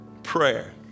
prayer